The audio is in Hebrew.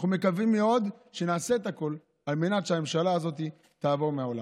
אנחנו מקווים מאוד שנעשה את הכול על מנת שהממשלה הזאת תעבור מהעולם.